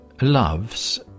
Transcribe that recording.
love's